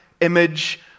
image